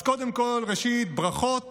אז קודם כול, ראשית, ברכות